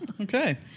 Okay